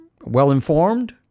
well-informed